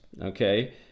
okay